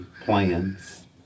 plans